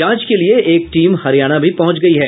जांच के लिए एक टीम हरियाणा भी पहुंच गयी है